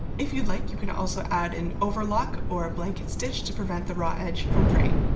if you'd like you can also add an overlock or a blanket stitch to prevent the raw edge from fraying.